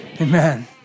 Amen